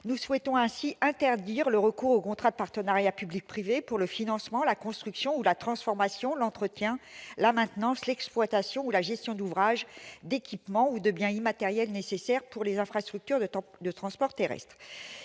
Nous voulons ainsi interdire le recours aux contrats de partenariat public-privé pour le financement, la construction ou la transformation, l'entretien, la maintenance, l'exploitation ou la gestion d'ouvrages, d'équipements ou de biens immatériels nécessaires pour les infrastructures de transport terrestre.